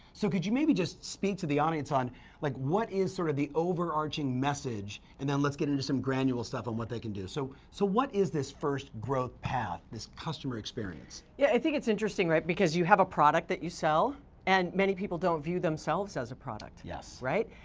so could you maybe just speak to the audience on like what is sort of the overarching message? and then let's get into some granule stuff on what they can do. so so what is this first growth path, this customer experience? yeah i think it's interesting right, because you have a product that you sell and many people don't view themselves as a product. yes. right?